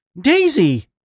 Daisy